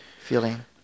feeling